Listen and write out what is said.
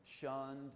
shunned